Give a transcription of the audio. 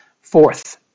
Fourth